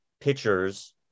pitchers